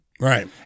Right